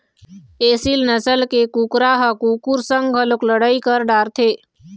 एसील नसल के कुकरा ह कुकुर संग घलोक लड़ई कर डारथे